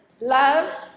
Love